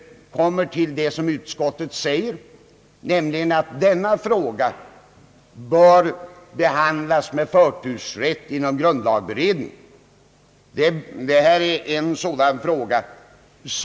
Utskottet säger ock så att denna fråga bör behandlas med förtursrätt inom grundlagberedningen.